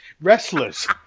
Wrestlers